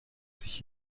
sich